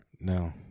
No